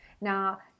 Now